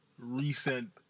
recent